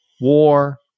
War